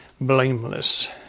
blameless